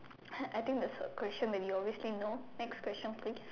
I think that's a question that we obviously know next question please